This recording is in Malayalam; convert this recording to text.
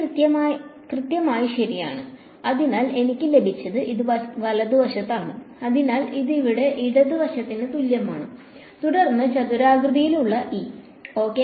ഇ കൃത്യമായി ശരിയാണ് അതിനാൽ എനിക്ക് ലഭിച്ചത് ഇത് വലതുവശത്താണ് അതിനാൽ ഇത് ഇവിടെ ഇടത് വശത്തിന് തുല്യമാണ് തുടർന്ന് ചതുരാകൃതിയിലുള്ള E OK